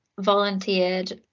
volunteered